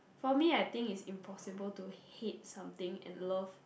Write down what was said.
for me I think is impossible to hate something and love